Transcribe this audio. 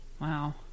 Wow